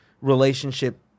relationship